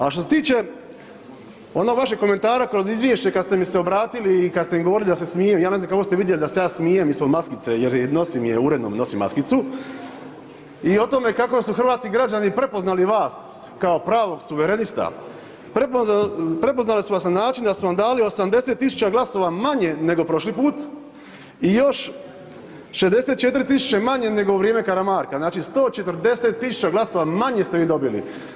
A što se tiče onog vašeg komentara kroz izvješće kad ste mi se obratili i kad ste im govorili da se smijem, ja ne znam kako ste vidjeli da se ja smijem ispod maskice jer nosim je uredno, nosim maskicu i o tome kako su hrvatski građani prepoznali vas kao pravog suverenista, prepoznali su vas na način da su vam dali 80 000 glasova manje nego prošli put i još 64 000 manje nego u vrijeme Karamarka, znači 140 000 glasova manje ste vi dobili.